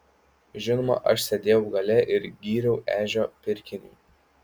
žinoma aš sėdėjau gale ir gyriau ežio pirkinį